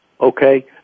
Okay